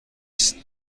است